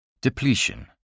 Depletion